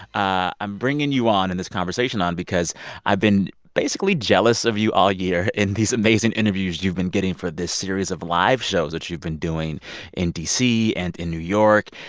ah i'm bringing you on and this conversation on because i've been basically jealous of you all year in these amazing interviews you've been getting for this series of live shows that you've been doing in d c. and in new york.